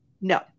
No